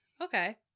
Okay